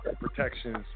protections